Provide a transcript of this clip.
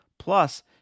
Plus